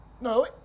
No